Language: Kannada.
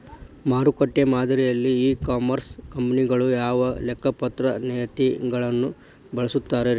ಮಾರುಕಟ್ಟೆ ಮಾದರಿಯಲ್ಲಿ ಇ ಕಾಮರ್ಸ್ ಕಂಪನಿಗಳು ಯಾವ ಲೆಕ್ಕಪತ್ರ ನೇತಿಗಳನ್ನ ಬಳಸುತ್ತಾರಿ?